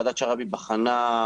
ועדת שרעבי המליצה